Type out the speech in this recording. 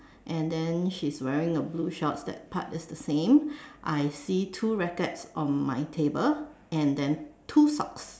and then she's wearing a blue shorts that part is the same I see two rackets on my table and then two socks